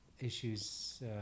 issues